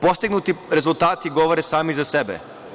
Postignuti rezultati govore sami za sebe.